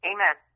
Amen